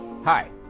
Hi